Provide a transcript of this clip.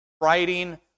writing